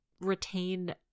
retain